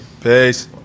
Peace